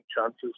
chances